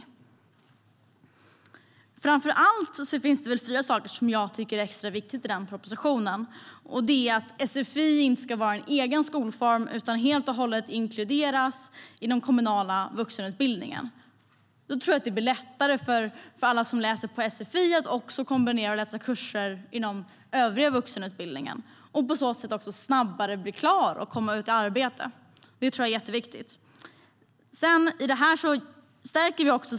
Det finns framför allt fyra saker som är extra viktiga i propositionen. Det är att sfi inte ska vara en egen skolform utan helt och hållet inkluderas i den kommunala vuxenutbildningen. Det blir lättare för alla som läser på sfi att kombinera och också läsa kurser inom den övriga vuxenutbildningen och på så sätt snabbare bli klar och komma ut i arbete. Det tror jag är jätteviktigt.